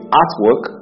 artwork